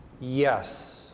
Yes